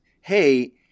hey